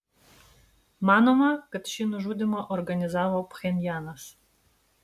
manoma kad šį nužudymą organizavo pchenjanas